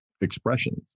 expressions